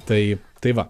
tai tai va